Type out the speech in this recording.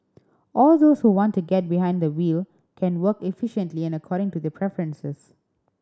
and those who want to get behind the wheel can work efficiently and according to their preferences